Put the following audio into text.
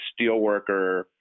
steelworker